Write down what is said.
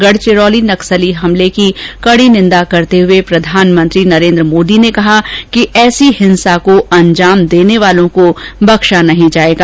गढचिरोली नक्सली हमले की कड़ी निंदा करते हुए प्रधानमंत्री नरेन्द्र मोदी ने कहा कि ऐसी हिंसा को अंजाम देने वाले को बख्शा नहीं जाएगा